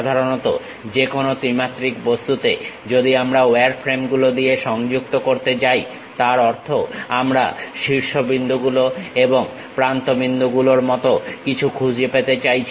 সাধারণত যেকোনো ত্রিমাত্রিক বস্তুকে যদি আমরা ওয়ারফ্রেম গুলো দিয়ে সংযুক্ত করতে যাই তার অর্থ আমরা শীর্ষবিন্দুগুলো এবং প্রান্ত বিন্দু গুলোর মত কিছু খুঁজে পেতে চাইছি